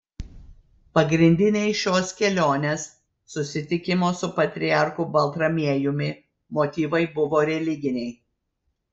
pagrindiniai šios kelionės susitikimo su patriarchu baltramiejumi motyvai buvo religiniai